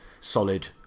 solid